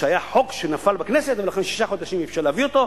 שהיה חוק שנפל בכנסת ולכן שישה חודשים אי-אפשר להביא אותו,